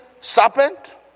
serpent